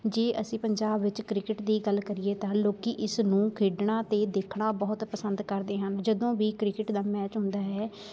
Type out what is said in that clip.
ਜੇ ਅਸੀਂ ਪੰਜਾਬ ਵਿੱਚ ਕ੍ਰਿਕਟ ਦੀ ਗੱਲ ਕਰੀਏ ਤਾਂ ਲੋਕ ਇਸ ਨੂੰ ਖੇਡਣਾ ਅਤੇ ਦੇਖਣਾ ਬਹੁਤ ਪਸੰਦ ਕਰਦੇ ਹਨ ਜਦੋਂ ਵੀ ਕ੍ਰਿਕਟ ਦਾ ਮੈਚ ਹੁੰਦਾ ਹੈ